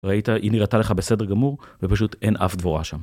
ראית, היא נראתה לך בסדר גמור, ופשוט אין אף דבורה שם.